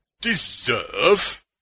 Deserve